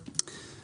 בבקשה.